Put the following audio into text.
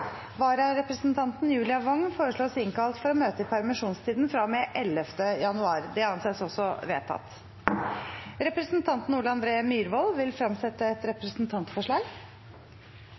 Vararepresentanten, Julia Wong , innkalles for å møte i permisjonstiden fra og med 11. januar. Representanten Ole André Myhrvold vil fremsette et representantforslag.